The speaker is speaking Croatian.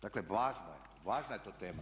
Dakle, važna je to tema.